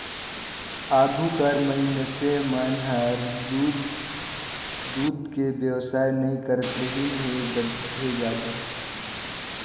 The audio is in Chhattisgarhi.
आघु कर मइनसे मन हर दूद के बेवसाय नई करतरहिन हें जादा